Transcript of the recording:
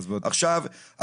עכשיו,